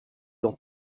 dans